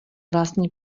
vlastní